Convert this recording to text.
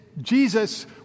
Jesus